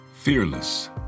Fearless